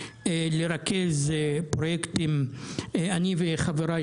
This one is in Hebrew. לרכז פרויקטים דחופים אני וחבריי,